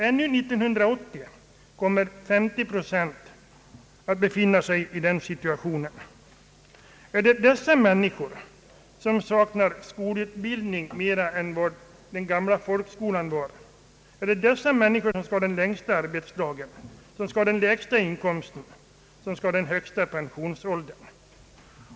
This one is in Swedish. Ännu 1980 kommer 50 procent att befinna sig i den situationen. Är det dessa människor, som saknar annan skolutbildning än vad den gamla folkskolan gav, som skall ha den längsta arbetsdagen, den lägsta inkomsten och den högsta pensionsåldern?